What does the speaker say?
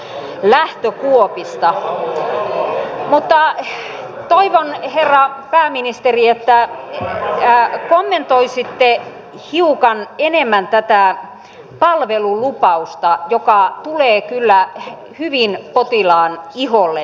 mutta toivon herra pääministeri että kommentoisitte hiukan enemmän tätä palvelulupausta joka tulee kyllä hyvin potilaan iholle